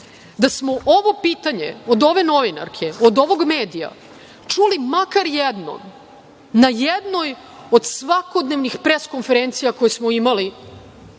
da smo ovo pitanje, od ove novinarke, od ovog medija, čuli makar jednom, na jednoj od svakodnevnih pres konferencija koje smo imali